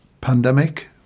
pandemic